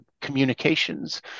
communications